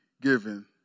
given